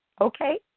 Okay